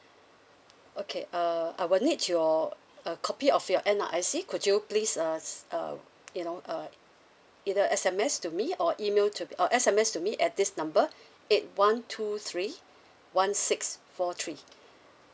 okay uh I will need your a copy of your N_R_I_C could you please uh uh you know uh either S_M_S to me or email to or S_M_S to me at this number eight one two three one six four three